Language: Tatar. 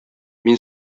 мин